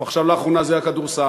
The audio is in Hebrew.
ועכשיו לאחרונה זה היה כדורסל,